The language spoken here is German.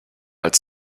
als